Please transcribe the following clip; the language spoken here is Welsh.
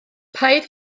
paid